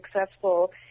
successful